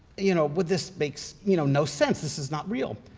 you know but this makes you know no sense, this is not real.